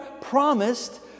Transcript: promised